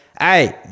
hey